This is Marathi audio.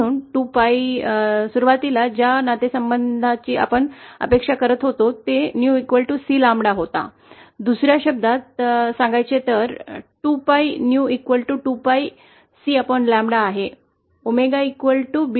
म्हणून 2 𝜫 सुरुवातीला ज्या नातेसंबंधाची आपण अपेक्षा करत होता तो न्यू cƛ होता दुसर्या शब्दात सांगायचे तर 2𝜫 neu 2 pi C ƛ आहे